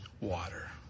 water